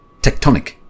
tectonic